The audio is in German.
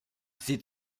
sie